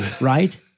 right